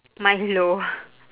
milo